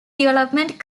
development